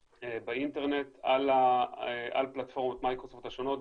באינטרנט על פלטפורמת מייקרוסופט השונות,